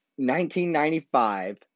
1995